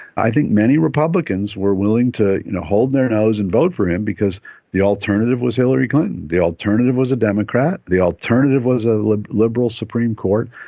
i think many republicans were willing to hold their nose and vote for him because the alternative was hillary clinton, the alternative was a democrat, the alternative was a liberal supreme court,